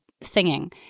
singing